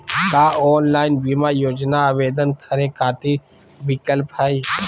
का ऑनलाइन बीमा योजना आवेदन करै खातिर विक्लप हई?